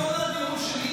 כל הנאום שלי,